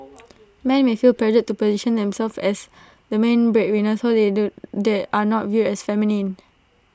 men may feel pressured to position themselves as the main breadwinner so they do they are not viewed as feminine